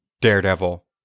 Daredevil